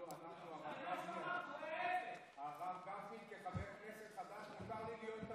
אנחנו, אנחנו, המזל שלנו, הרי אנחנו אמרנו ההפך.